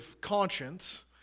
conscience